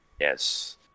yes